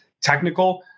technical